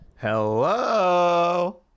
Hello